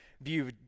view